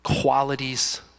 qualities